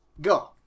go